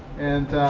and,